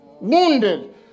wounded